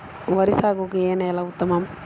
వరి సాగుకు ఏ నేల ఉత్తమం?